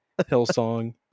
Hillsong